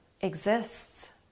exists